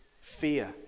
Fear